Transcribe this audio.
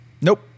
Nope